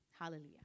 Hallelujah